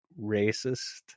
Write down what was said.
racist